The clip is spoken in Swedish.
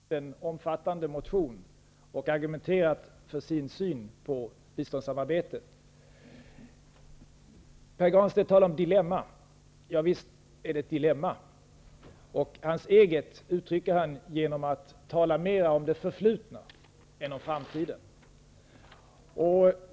Herr talman! När det gäller själva sakfrågorna har Socialdemokraterna avgivit en omfattande motion och argumenterat för sin syn på biståndssamarbetet. Pär Granstedt talar om ett dilemma. Javisst är det ett dilemma. Hans eget uttrycker han genom att tala mer om det förflutna än om framtiden.